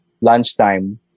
lunchtime